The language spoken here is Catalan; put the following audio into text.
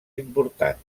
importants